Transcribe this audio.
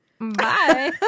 Bye